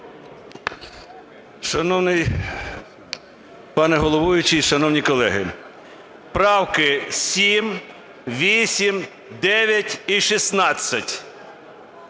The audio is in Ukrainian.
Шановний пане головуючий і шановні колеги! Правки 7, 8, 9 і 16.